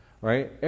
right